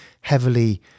heavily